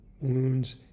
wounds